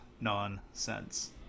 nonsense